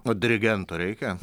o dirigento reikia